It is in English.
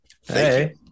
Hey